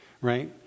right